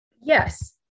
Yes